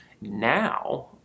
Now